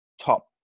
top